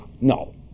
no